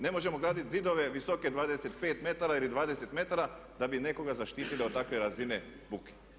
Ne možemo graditi zidove visoke 25 metara ili 20 metara da bi nekoga zaštitili od takve razine buke.